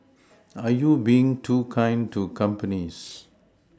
are you being too kind to companies